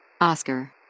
Oscar